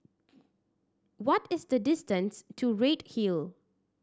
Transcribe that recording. what is the distance to Redhill